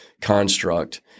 construct